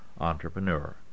entrepreneur